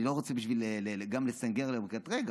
אני לא רוצה גם לסנגר עליו או לקטרג,